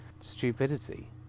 stupidity